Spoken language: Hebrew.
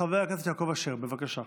חבר הכנסת יעקב אשר, בבקשה.